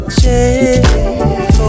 change